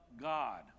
god